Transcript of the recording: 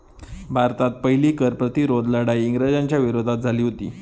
भारतात पहिली कर प्रतिरोध लढाई इंग्रजांच्या विरोधात झाली हुती